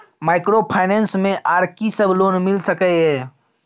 Microfinance मे आर की सब लोन मिल सके ये?